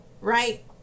right